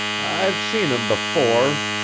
i've seen him before,